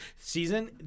season